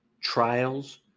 trials